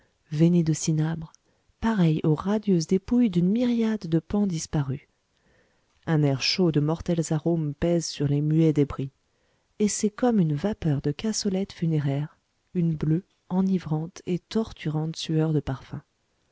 veinées de cinabre pareilles aux radieuses dépouilles d'une myriade de paons disparus un air chaud de mortels arômes pèse sur les muets débris et c'est comme une vapeur de cassolettes funéraires une bleue enivrante et torturante sueur de parfums